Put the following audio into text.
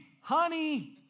honey